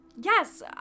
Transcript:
yes